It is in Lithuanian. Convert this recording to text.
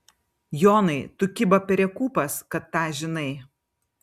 jonai tu kiba perekūpas kad tą žinai